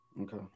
Okay